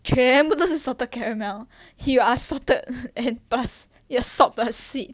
全部都是 salted caramel you are salted and plus you're salt plus sweet